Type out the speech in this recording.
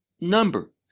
number